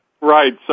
Right